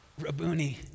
Rabuni